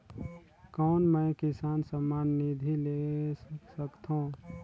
कौन मै किसान सम्मान निधि ले सकथौं?